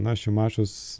na šimašius